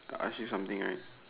I say something right